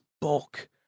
bulk